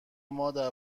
مادر